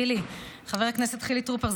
חבר הכנסת חילי טרופר.